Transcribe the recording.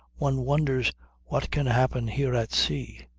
one wonders what can happen here at sea!